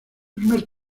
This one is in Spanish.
primer